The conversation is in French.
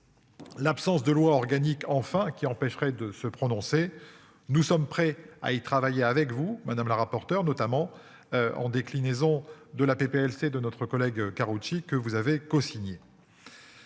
L'absence de loi organique enfin qui empêcherait de se prononcer. Nous sommes prêts à y travailler avec vous madame la rapporteure notamment. En déclinaison de la PPL de notre collègue Karoutchi que vous avez cosigné.